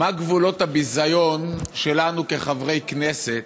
מה גבולות הביזיון שלנו כחברי כנסת